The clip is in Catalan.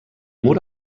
mur